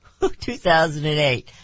2008